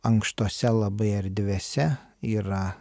ankštose labai erdvėse yra